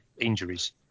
injuries